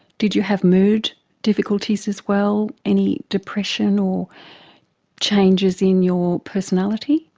did you have mood difficulties as well, any depression or changes in your personality?